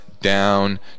down